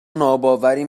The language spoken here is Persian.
ناباوری